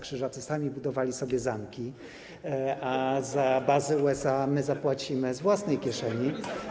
Krzyżacy sami budowali sobie zamki, a za bazy USA my zapłacimy z własnej kieszeni.